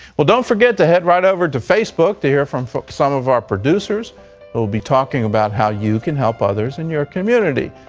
well, don't forget to head right over to facebook to hear from from some of our producers, who will be talking about how you can help others in your community.